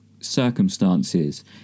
circumstances